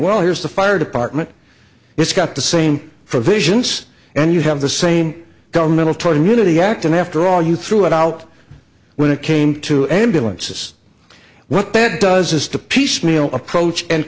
well here's the fire department it's got the same for visions and you have the same governmental totem unity act and after all you threw it out when it came to ambulances what bad does is to piecemeal approach and